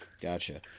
Gotcha